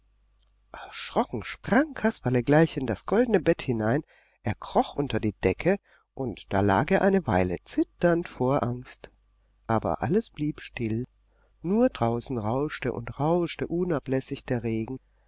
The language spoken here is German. erschrocken sprang kasperle gleich in das goldene bett hinein er kroch unter die decke und da lag er eine weile zitternd vor angst aber alles blieb still nur draußen rauschte und rauschte unablässig der regen